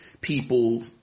people